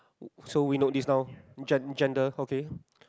so we note this down gen~ gender okay